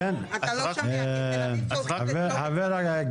אתה לא שומע, כי בתל אביב --- גברת.